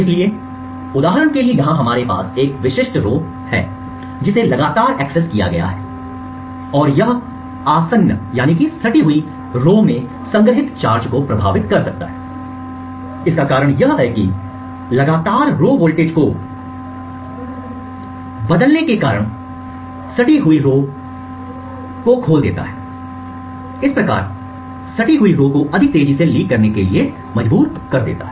इसलिए उदाहरण के लिए यहां हमारे पास एक विशिष्ट पंक्ति रो थी जिसे लगातार एक्सेस किया गया है और यह आसन्न सटा हुआ पंक्तियों रो में संग्रहीत चार्ज को प्रभावित कर सकता है इसका कारण यह है कि लगातार पंक्ति रो वोल्टेज को टॉगल करने से आसन्न सटा हुआ पंक्तियों को खोल देता है इस प्रकार आसन्न सटा हुआ पंक्तियों रो को अधिक तेज़ी से लीक करने के लिए मजबूर कर देता है